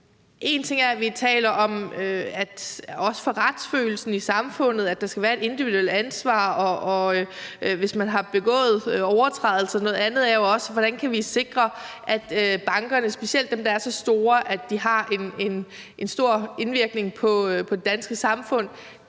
En ting er, at vi taler om, også i forhold til retsfølelsen i samfundet, at der skal være et individuelt ansvar, hvis man har begået overtrædelser. Noget andet er jo også, hvordan vi kan sikre, at bankerne, specielt dem, der er så store, at de har stor indvirkning på det danske samfund,